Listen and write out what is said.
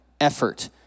effort